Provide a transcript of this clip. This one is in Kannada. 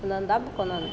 ಒಂದೊಂದು ಹಬ್ಬಕ್ಕೆ ಒಂದೊಂದು